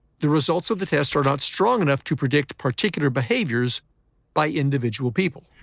the results of the test are not strong enough to predict particular behaviors by individual people.